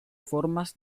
formas